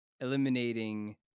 eliminating